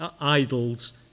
idols